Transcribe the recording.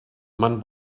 man